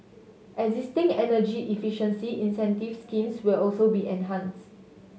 existing energy efficiency incentive schemes will also be enhanced